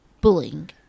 bullying